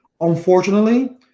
Unfortunately